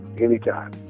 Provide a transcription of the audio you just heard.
anytime